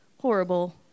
horrible